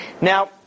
Now